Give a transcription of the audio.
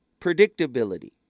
predictability